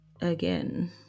again